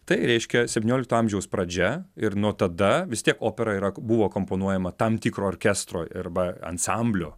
tai reiškia septyniolikto amžiaus pradžia ir nuo tada vis tiek opera yra buvo akompanuojama tam tikro orkestro arba ansamblio